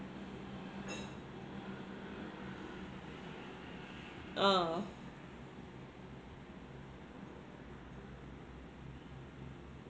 ah